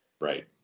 Right